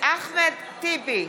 אחמד טיבי,